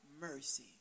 mercy